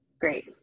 Great